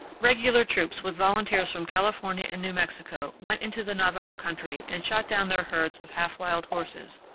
regular troops with volunteers from california and new mexico went into the navajo country and shot down their herds of half-wild horses,